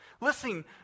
Listen